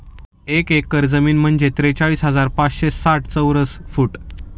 एक एकर जमीन म्हणजे त्रेचाळीस हजार पाचशे साठ चौरस फूट